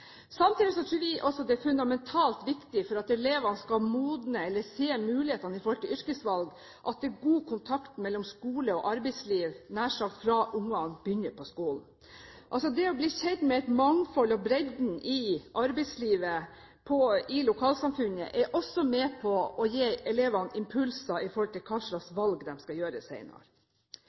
samtidig det er fundamentalt viktig at det er god kontakt mellom skole og arbeidsliv, nær sagt fra ungene begynner på skolen. Det å bli kjent med mangfoldet og bredden i arbeidslivet i lokalsamfunnet er også med på å gi elevene impulser med hensyn til hva slags valg de skal gjøre